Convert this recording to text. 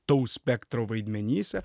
tau spektro vaidmenyse